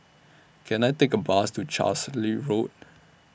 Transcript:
Can I Take A Bus to Carlisle Road